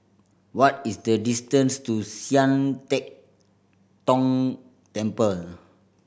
what is the distance to Sian Teck Tng Temple